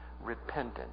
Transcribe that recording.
repentant